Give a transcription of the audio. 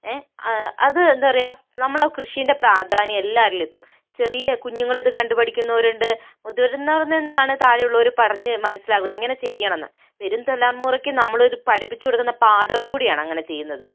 എഹ് അത് എന്താ പറയുക നമ്മളാ കൃഷീൻ്റെ പ്രാധാന്യം എല്ലാരിലും എത്തും ചെറിയ കുഞ്ഞുങ്ങൾ ഇതു കണ്ടു പഠിക്കുന്നവരുണ്ട് മുതിർന്നവരിൽ നിന്നാണ് താഴെയുള്ളവർ പറഞ്ഞ് മനസ്സിലാകുന്നത് ഇങ്ങനെ ചെയ്യണം എന്ന് വരും തലമുറക്ക് നമ്മളിത് പഠിപ്പിച്ചു കൊടുക്കുന്ന പാഠവും കൂടിയാണ് അങ്ങനെ ചെയ്യുന്നത്